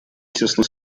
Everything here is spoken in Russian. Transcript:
тесно